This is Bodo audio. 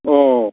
अह